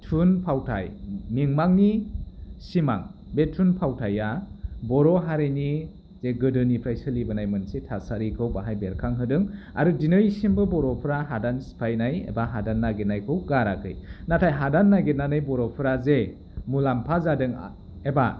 थुनफावथाय मिमांनि सिमां बे थुनफावथाया बर' हारिनि जे गोदोनिफ्राय सोलिबोनाय मोनसे थासारिखौ बाहाय बेरखांहोदों आरो दिनैसिमबो बर'फोरा हादान सिफायनाय एबा हादान नागिरनायखौ गाराखै नाथाय हादान नागिरनानै बर'फोरा जे मुलाम्फा जादों एबा